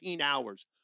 hours